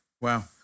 Wow